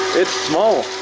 it's small,